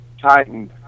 tightened